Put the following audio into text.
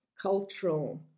cultural